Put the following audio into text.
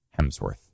Hemsworth